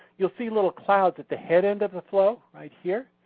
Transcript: you'll see little clouds at the head end of the flow right here.